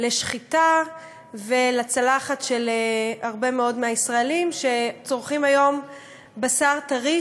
לשחיטה ולצלחת של הרבה מאוד מהישראלים שצורכים היום בשר טרי,